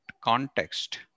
context